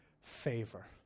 favor